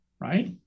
right